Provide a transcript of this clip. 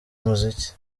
umuziki